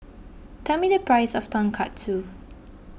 tell me the price of Tonkatsu